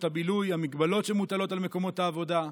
הבילוי והמגבלות שמוטלות על מקומות העבודה.